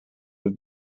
have